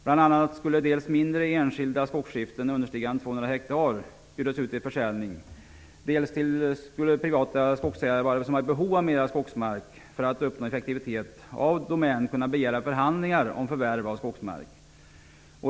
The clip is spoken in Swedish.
Dels skulle mindre enskilda skogsskiften, understigande 200 hektar, bjudas ut till försäljning, dels skulle privata skogsägare som var i behov av mer skogsmark för att uppnå effektivitet av Assi Domän kunna begära förhandlingar om förvärv av skogsmark.